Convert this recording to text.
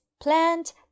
Plant